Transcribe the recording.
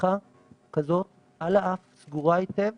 מסכה כזו, על האף, סגורה היטב